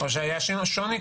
או שהיה שוני?